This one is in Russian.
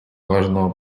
важного